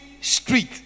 street